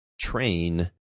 train